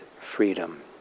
freedom